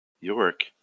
York